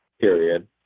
period